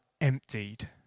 emptied